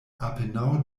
apenaŭ